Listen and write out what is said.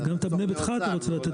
אתה יכול לעשות